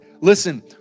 listen